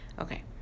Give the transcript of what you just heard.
Okay